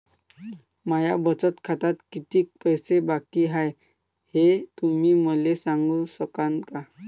माया बचत खात्यात कितीक पैसे बाकी हाय, हे तुम्ही मले सांगू सकानं का?